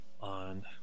on